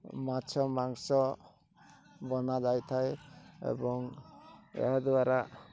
ମାଛ ମାଂସ ବନାଯାଇଥାଏ ଏବଂ ଏହାଦ୍ୱାରା